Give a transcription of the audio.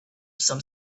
some